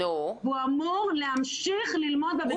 והוא אמור להמשיך ללמוד בבית ספר הזה.